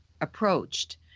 approached